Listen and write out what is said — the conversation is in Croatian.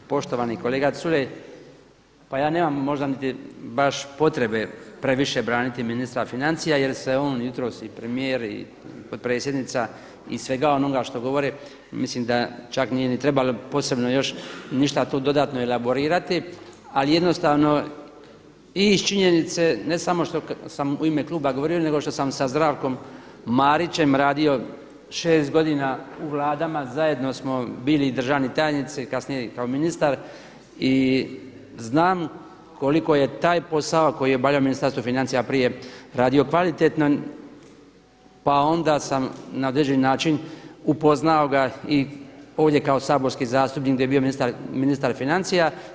Poštovani kolega Culej, pa ja nemam možda niti baš potrebe previše braniti ministra financija jer se on jutros i premijer i potpredsjednica iz svega onoga što govore mislim da čak nije ni trebalo posebno još ništa to dodatno elaborirati ali jednostavno i iz činjenice ne samo što sam u ime kluba govorio nego što sam sa Zdravkom Marićem radio 6 godina u vladama, zajedno smo bili i državni tajnici, kasnije i kao ministar i znam koliko je taj posao koji je obavljao u Ministarstvu financija prije radio kvalitetno pa onda sam na određeni način upoznao ga i ovdje kao saborski zastupnik gdje je bio ministar financija.